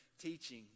teaching